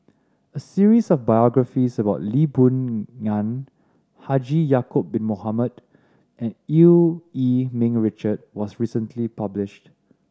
a series of biographies about Lee Boon Ngan Haji Ya'acob Bin Mohamed and Eu Yee Ming Richard was recently published